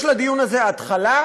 יש לדיון הזה התחלה,